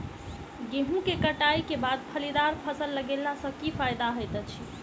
गेंहूँ कटाई केँ बाद फलीदार फसल लगेला सँ की फायदा हएत अछि?